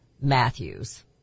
Matthews